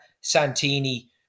Santini